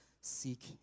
seek